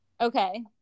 Okay